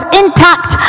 intact